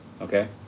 okay